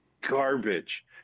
garbage